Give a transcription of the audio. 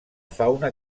fauna